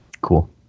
cool